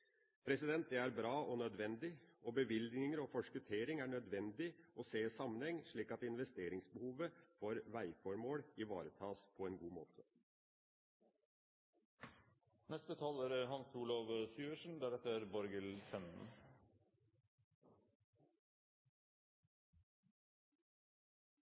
Det er bra og nødvendig. Bevilgninger og forskuttering er det nødvendig å se i sammenheng, slik at behovet for investeringer som gjelder vegformål, ivaretas på en god måte. Jeg synes, i likhet med foregående taler, at det er